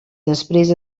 després